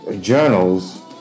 Journals